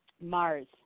Mars